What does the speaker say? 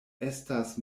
estas